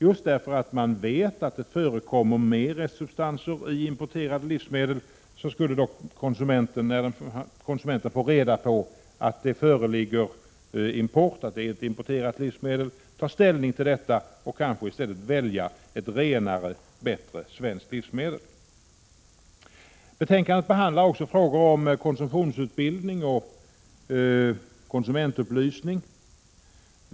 Just därför att man vet att det förekommer mera substanser i importerade livsmedel, skulle konsumenten kunna ta ställning och kanske välja ett renare och bättre svenskt livsmedel. Betänkandet behandlar också frågor om konsumtionsutbildning och konsumentupplysning.